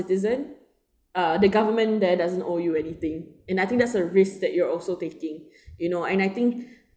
citizen uh the government there doesn't owe you anything and I think that's a risk that you're also taking you know and I think